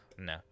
No